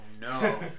no